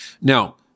Now